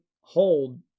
hold